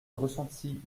ressenti